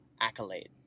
accolade